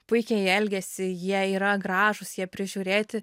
puikiai elgiasi jie yra gražūs jie prižiūrėti